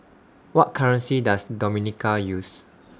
What currency Does Dominica use